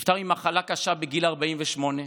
נפטר ממחלה קשה בגיל 48,